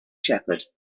shepherd